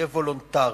יהיה וולונטרי,